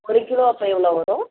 ஒரு கிலோ அப்போ எவ்வளோ வரும்